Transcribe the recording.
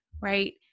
right